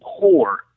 poor